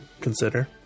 consider